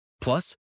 Plus